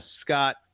Scott